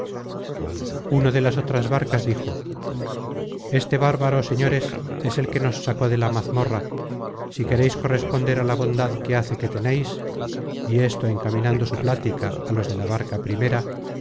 uno de las otras barcas dijo este bárbaro señores es el que nos sacó de la mazmorra si quereis corresponder la bondad que parece que teneis y esto encaminando su plática á los de la barca